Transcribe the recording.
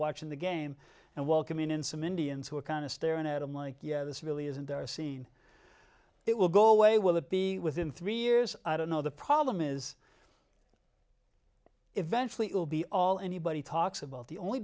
watching the game and welcoming in some indians who are kind of staring at them like yeah this really isn't their scene it will go away will it be within three years i don't know the problem is eventually it will be all anybody talks about the only